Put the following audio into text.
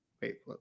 wait